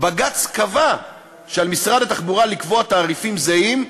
בג"ץ קבע שעל משרד התחבורה לקבוע תעריפים זהים,